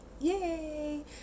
yay